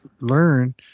learn